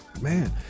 man